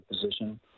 position